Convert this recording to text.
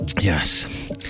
Yes